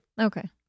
Okay